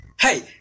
Hey